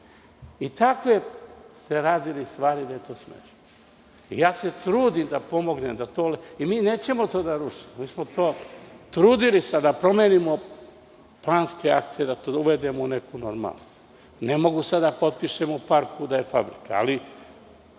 stvari ste radili da je to smešno. Ja se trudim da pomognem. Mi nećemo to da rušimo. Mi smo se trudili da promenimo planske akte, da to uvedemo u neku normalu. Ne mogu sada da potpišem u parku da je fabrika, ali